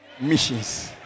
missions